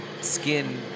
skin